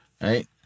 right